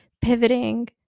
pivoting